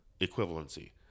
equivalency